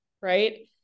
right